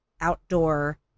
outdoor